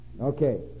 Okay